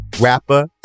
rapper